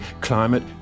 climate